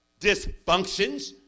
dysfunctions